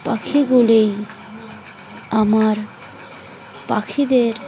পাখিগুলিই আমার পাখিদের